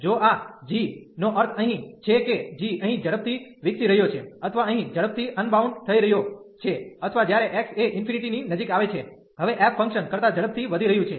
જો આ g નો અર્થ અહીં છે કે g અહીં ઝડપથી વિકસી રહ્યો છે અથવા અહીં ઝડપથી અનબાઉન્ડ થઈ રહ્યો છે અથવા જ્યારે x એ ∞ ની નજીક આવે છે હવે f ફંકશન કરતા ઝડપથી વધી રહ્યું છે